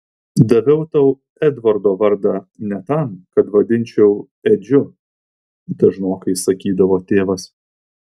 daviau tau edvardo vardą ne tam kad vadinčiau edžiu dažnokai sakydavo tėvas